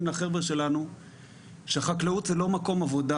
לחבר'ה שלנו שהחקלאות זה לא מקום עבודה.